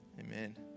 Amen